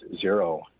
zero